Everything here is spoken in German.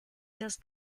das